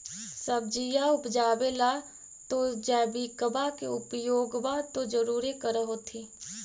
सब्जिया उपजाबे ला तो जैबिकबा के उपयोग्बा तो जरुरे कर होथिं?